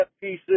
pieces